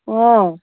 অঁ